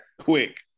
Quick